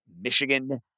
Michigan